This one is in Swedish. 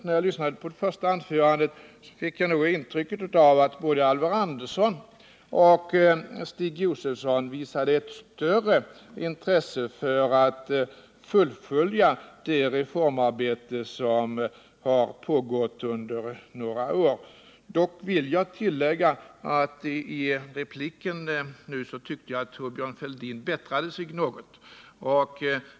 När jag lyssnade på de första anförandena fick jag ett intryck av att både Alvar Andersson och Stig Josefson visade ett större intresse än Thorbjörn Fälldin för att fullfölja det reformarbete som har pågått under några år. Dock vill jag tillägga att jag tyckte att Thorbjörn Fälldin i sin replik nu bättrade sig något.